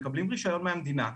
מקבלים רישיון מן המדינה,